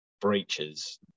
breaches